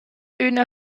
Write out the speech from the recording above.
üna